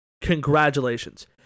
Congratulations